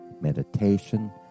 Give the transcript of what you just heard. meditation